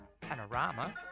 panorama